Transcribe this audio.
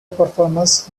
performers